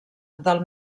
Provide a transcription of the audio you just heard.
del